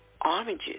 oranges